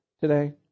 today